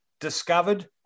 discovered